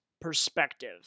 perspective